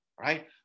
Right